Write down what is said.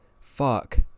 Fuck